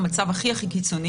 אקח את המצב הכי קיצוני,